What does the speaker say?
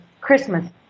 Christmas